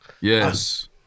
Yes